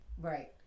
Right